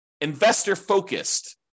investor-focused